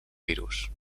virus